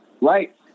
Right